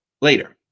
later